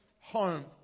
home